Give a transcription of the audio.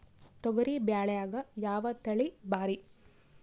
ತೊಗರಿ ಬ್ಯಾಳ್ಯಾಗ ಯಾವ ತಳಿ ಭಾರಿ?